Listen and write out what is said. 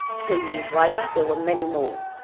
two years later, there were many more.